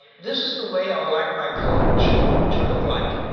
this is the way i would like my code to to look like.